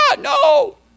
no